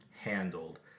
handled